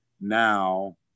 now